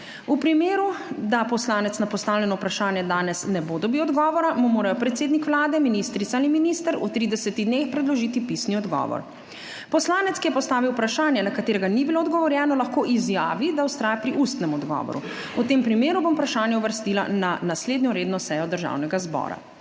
V primeru, da poslanec na postavljeno vprašanje danes ne bo dobil odgovora, mu morajo predsednik Vlade, ministrica ali minister v 30 dneh predložiti pisni odgovor. Poslanec, ki je postavil vprašanje, na katerega ni bilo odgovorjeno, lahko izjavi, da vztraja pri ustnem odgovoru. V tem primeru bom vprašanje uvrstila na naslednjo redno sejo Državnega zbora.